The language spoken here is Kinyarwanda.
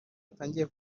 atangiye